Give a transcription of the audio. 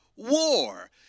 War